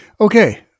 Okay